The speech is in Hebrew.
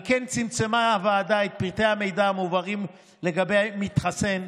על כן צמצמה הוועדה את פרטי המידע המועברים לגבי מתחסן,